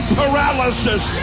paralysis